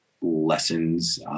lessons